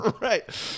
Right